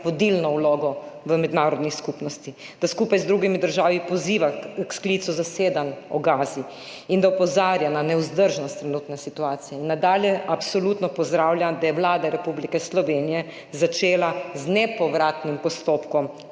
vodilno vlogo v mednarodni skupnosti, da skupaj z drugimi državami poziva k sklicu zasedanj o Gazi in da opozarja na nevzdržnost trenutne situacije. In nadalje, absolutno pozdravljam, da je Vlada Republike Slovenije začela z nepovratnim postopkom